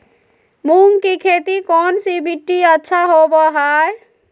मूंग की खेती कौन सी मिट्टी अच्छा होबो हाय?